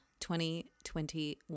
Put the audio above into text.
2021